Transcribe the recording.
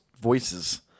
voices